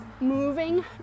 moving